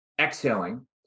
Exhaling